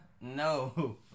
No